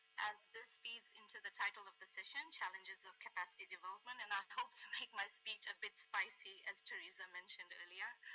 as this feeds into the title of the session, challenges of capacity development, and i hope to make my speech a bit spicy, as tereza mentioned earlier.